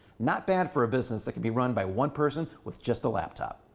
not bad for a business that can be run by one person with just a laptop.